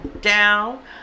down